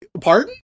Pardon